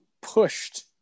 pushed